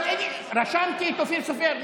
רשמתי את אופיר סופר.